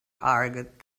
argued